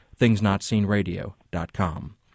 ThingsNotSeenRadio.com